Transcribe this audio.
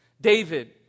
David